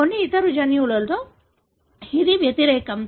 కొన్ని ఇతర జన్యువులలో ఇది వ్యతిరేకం